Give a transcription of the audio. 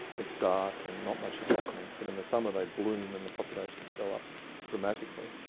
it's dark and not much is happening, but in the summer they bloom and the populations go up dramatically.